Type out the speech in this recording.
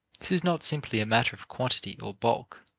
this is not simply a matter of quantity or bulk.